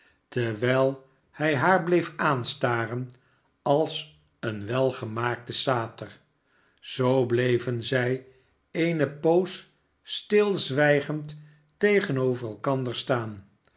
terwijl hij haar bleef aanstaren als een welgemaakte sater zoo bleven zij eene poos stilzwijgend tegenover elkander staan